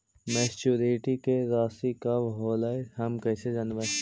Maturity के रासि कब होलै हम कैसे जानबै?